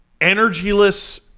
energyless